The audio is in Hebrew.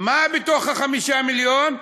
מה בתוך ה-5 מיליון?